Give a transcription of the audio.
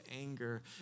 anger